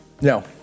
No